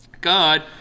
God